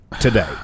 today